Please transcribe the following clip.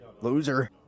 loser